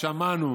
שמענו